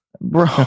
Bro